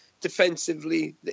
defensively